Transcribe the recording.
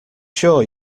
sure